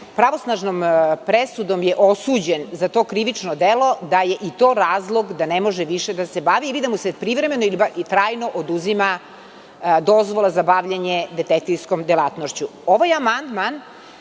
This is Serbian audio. pravosnažnom presudom osuđen za krivično delo da je i to razlog da ne može više da se bavi, da mu se privremeno ili trajno oduzima dozvola za bavljenje detektivskom delatnošću. Sadržaj